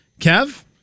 Kev